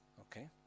Okay